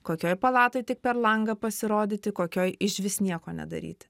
kokioj palatoje tik per langą pasirodyti kokioj išvis nieko nedaryti